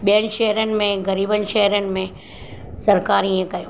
ॿियनिनि शहरनि में ग़रीबनि शहरनि में सरकार ईअं कयो आहे